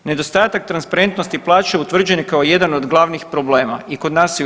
Nedostatak transparentnosti plaće utvrđen je kao jedan od glavnih problema i kod nas i u EU.